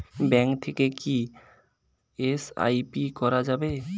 Bank থেকে কী SIP করা যাবে?